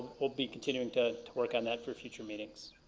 we'll be continuing to work on that for future meetings.